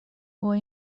اوه